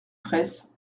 fraysse